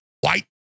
white